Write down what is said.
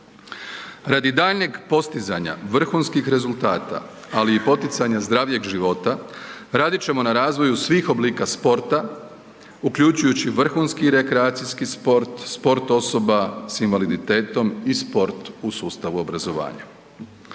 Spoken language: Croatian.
Radi daljnjeg postizanja vrhunskih rezultata, ali i poticanja zdravijeg života radit ćemo na razvoju svih oblika sporta uključujući vrhunski i rekreacijski sport, sport osoba s invaliditetom i sport u sustavu obrazovanja.